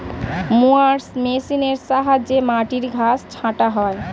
mowers মেশিনের সাহায্যে মাটির ঘাস ছাঁটা হয়